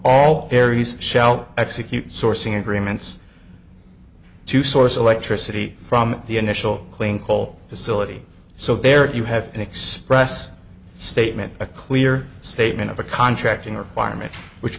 all barry's shell execute sourcing agreements to source electricity from the initial clean coal facility so there you have an express statement a clear statement of a contracting requirement which